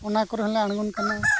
ᱚᱱᱟ ᱠᱚᱨᱮ ᱦᱚᱸᱞᱮ ᱟᱬᱜᱚᱱ ᱠᱟᱱᱟ